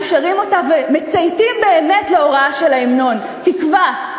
אנחנו שרים אותו ומצייתים באמת להוראה של ההמנון: תקווה.